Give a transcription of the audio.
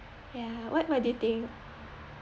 ya what what do you think